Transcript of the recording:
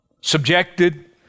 subjected